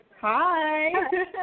Hi